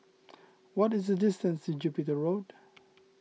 what is the distance to Jupiter Road